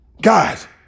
Guys